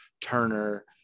Turner